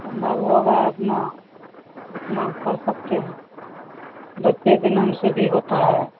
सम्भव होगा अपना उतना कर सकते हैं बच्चे के नाम से भी होता है